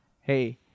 hey